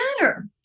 matter